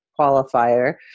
qualifier